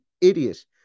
idiot